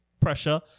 pressure